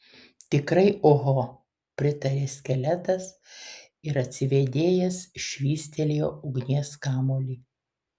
tikrai oho pritarė skeletas ir atsivėdėjęs švystelėjo ugnies kamuolį